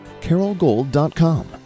carolgold.com